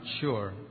sure